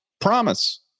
promise